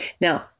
Now